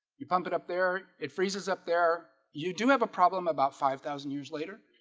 you pump it up there. it freezes up there. you do have a problem about five thousand years later.